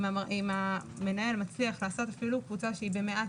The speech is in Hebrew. אם המנהל מצליח לאסוף אפילו קבוצה שהיא במעט